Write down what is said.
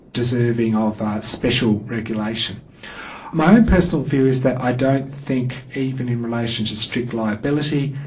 deserving ah of special regulation my own personal view is that i don't think even in relation to strict liability,